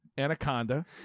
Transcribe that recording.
Anaconda